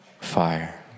fire